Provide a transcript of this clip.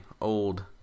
old